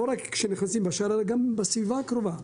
לא רק כשהם נכנסים בשער, אלא גם בסביבה הקרובה.